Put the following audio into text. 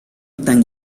tan